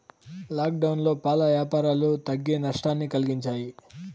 లాక్డౌన్లో పాల యాపారాలు తగ్గి నట్టాన్ని కలిగించాయి